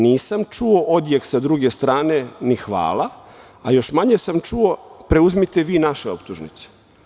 Nisam čuo odjek sa druge strane, ni hvala, a još manje sam čuo – preuzmite vi naše optužnice.